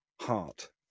Heart